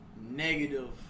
negative